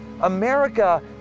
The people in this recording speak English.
America